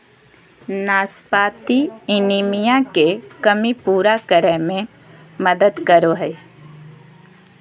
नाशपाती एनीमिया के कमी पूरा करै में मदद करो हइ